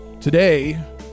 Today